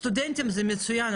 סטודנטים זה מצוין,